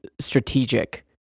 strategic